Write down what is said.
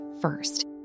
first